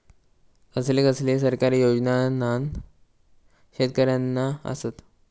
कसले कसले सरकारी योजना न्हान शेतकऱ्यांना आसत?